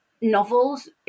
novels